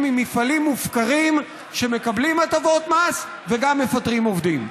עם מפעלים מופקרים שמקבלים הטבות מס וגם מפטרים עובדים.